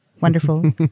wonderful